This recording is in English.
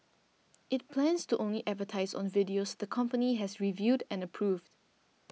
it plans to only advertise on videos the company has reviewed and approved